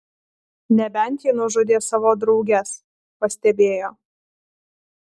nebent ji nužudė savo drauges pastebėjo